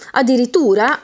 addirittura